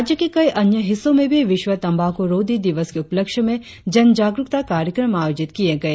राज्य के अन्य हिस्सों में भी विश्व तंबाकूरोधी दिवस के उपलक्ष्य में जनजागरुकता कार्यक्रम आयोजित किये गए